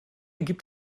gibt